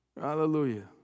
Hallelujah